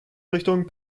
richtung